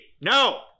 No